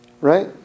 Right